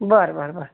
बरं बरं बरं